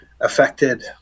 affected